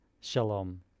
Shalom